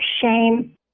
shame